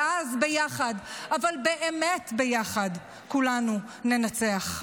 ואז ביחד, אבל באמת ביחד, כולנו ננצח.